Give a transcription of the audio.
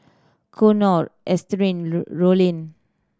Konnor Ernestine Rollin